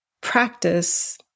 practice